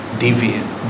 deviant